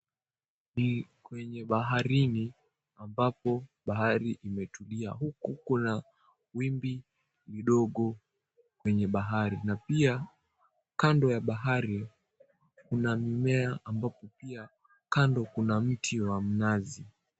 Ni kwenye baharini ambapo bahari imetulia huku kuna wimbi mdogo kwenye bahari na pia kando ya bahari kuna mmea ambapo pia kando kuna mti wa mnazi.